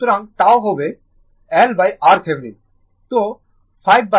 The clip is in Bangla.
সুতরাং τ হবে l LRThevenin